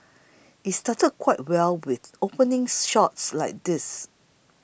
it started quite well with opening shots like these